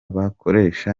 bakoresha